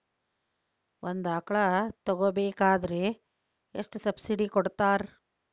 ಒಂದು ಆಕಳ ತಗೋಬೇಕಾದ್ರೆ ಎಷ್ಟು ಸಬ್ಸಿಡಿ ಕೊಡ್ತಾರ್?